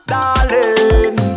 Darling